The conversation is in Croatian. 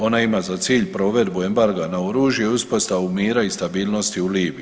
Ona ima za cilj provedbu enbarga na oružje i uspostavu mira i stabilnosti u Libiji.